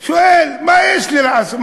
שואל, מה יש לי לעשות?